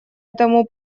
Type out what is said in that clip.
этому